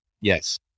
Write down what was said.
Yes